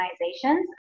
organizations